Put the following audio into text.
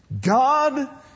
God